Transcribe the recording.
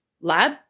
lab